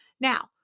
Now